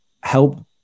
help